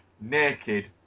naked